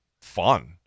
fun